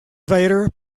vader